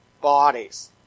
bodies